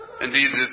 Indeed